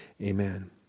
Amen